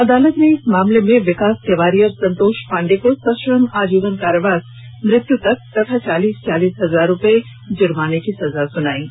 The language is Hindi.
अदालत ने इस मामले में विकास तिवारी और संतोष पांडे को सश्रम आजीवन कारावास मृत्यु तक तथा चालीस चालीस हजार रुपये जुर्माने की सजा सुनाई गई है